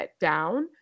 down